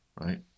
right